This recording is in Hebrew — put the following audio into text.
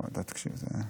תקשיב, זה,